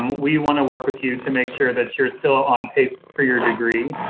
we want to work with you to make sure that you're still on pace for your degree.